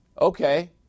Okay